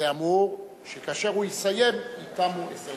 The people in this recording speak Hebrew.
זה אמור שכאשר הוא יסיים ייתמו עשר